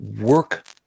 work